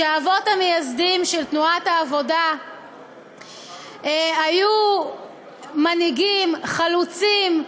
שהאבות המייסדים של תנועת העבודה היו מנהיגים חלוצים,